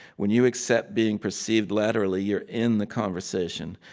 when you accept being perceived laterally, you're in the conversation.